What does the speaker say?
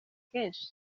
kenshi